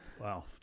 Wow